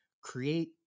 create